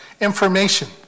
Information